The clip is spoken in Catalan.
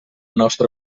nostra